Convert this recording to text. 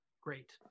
great